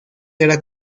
era